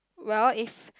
well if